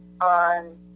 on